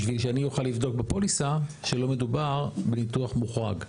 בשביל שאני אוכל לבדוק בפוליסה שלא מדובר בניתוח מוחרג.